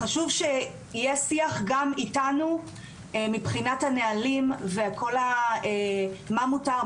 חשוב שיהיה שיח גם איתנו מבחינת הנהלים מה מותר,